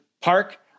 park